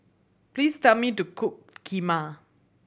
please tell me to cook Kheema